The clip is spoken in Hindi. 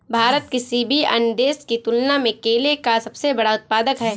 भारत किसी भी अन्य देश की तुलना में केले का सबसे बड़ा उत्पादक है